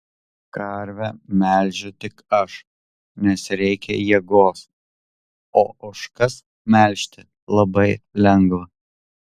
karvę melžiu tik aš nes reikia jėgos o ožkas melžti labai lengva